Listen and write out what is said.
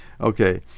Okay